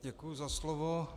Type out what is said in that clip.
Děkuji za slovo.